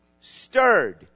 Stirred